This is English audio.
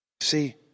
See